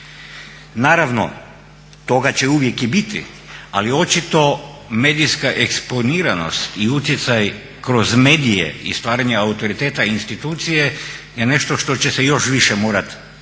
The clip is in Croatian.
Naravno toga će uvijek i biti, ali očito medijska eksponiranost i utjecaj kroz medije i stvaranje autoriteta institucije je nešto što će se još više morati u